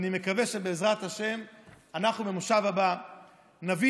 אני מקווה בעזרת השם שאנחנו במושב הבא נביא